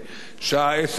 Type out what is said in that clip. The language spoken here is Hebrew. בשעה 10:15,